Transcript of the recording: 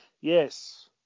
Yes